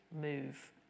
move